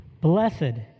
blessed